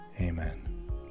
Amen